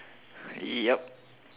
ya